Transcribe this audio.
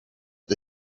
the